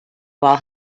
while